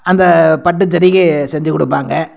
அந்த பட்டு ஜரிகை செஞ்சுக் கொடுப்பாங்க